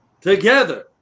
Together